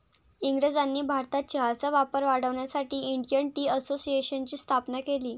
इंग्रजांनी भारतात चहाचा वापर वाढवण्यासाठी इंडियन टी असोसिएशनची स्थापना केली